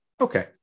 okay